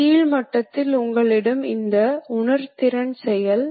எனவே டாலரன்ஸ் உடன் அதிக இணக்கத்தை உணர முடியும்